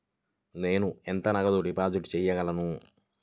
నేను ఎంత నగదు డిపాజిట్ చేయగలను?